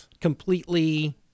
completely